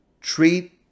treat